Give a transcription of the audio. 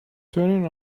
turning